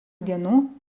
dienų